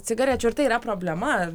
cigarečių ir tai yra problema